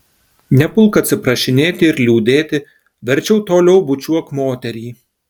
nepulk atsiprašinėti ir liūdėti verčiau toliau bučiuok moterį